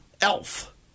Elf